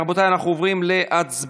רבותיי, אנחנו עוברים להצבעה.